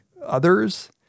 others